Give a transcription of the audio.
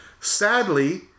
Sadly